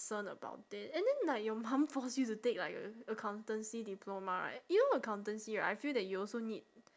~cerned about it and then like your mum force you to take like accountancy diploma right you know accountancy right I feel that you also need